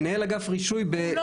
מנהל אגף הרישוי --- הוא לא